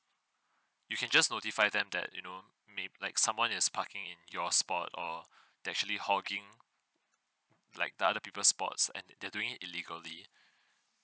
you can just notify them that you know may like someone is parking in your sport or they actually hogging like the other people spots and they're doing it illegally